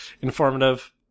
informative